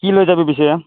কি লৈ যাবি পিছে